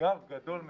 אתגר גדול מאוד.